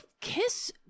kiss